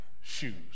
shoes